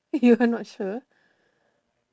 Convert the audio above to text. you are not sure